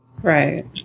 Right